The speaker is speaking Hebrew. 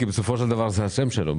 כי זה השם שלו,